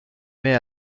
met